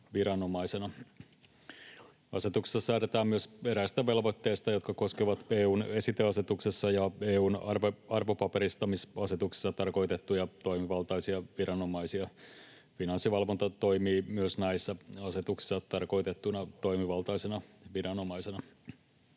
Asetuksessa säädetään myös eräistä velvoitteista, jotka koskevat EU:n esiteasetuksessa ja EU:n arvopaperistamisasetuksessa tarkoitettuja toimivaltaisia viranomaisia. Finanssivalvonta toimii myös näissä asetuksissa tarkoitettuna toimivaltaisena viranomaisena.